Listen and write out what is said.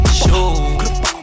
show